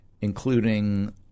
including